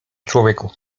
człowieku